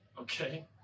okay